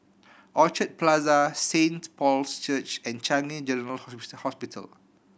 Orchard Plaza Saint Paul's Church and Changi General Hospital